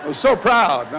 and so proud.